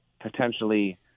potentially